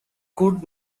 could